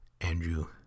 Andrew